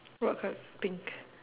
what colour pink